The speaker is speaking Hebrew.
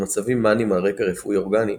ומצבים מאניים על רקע רפואי אורגני,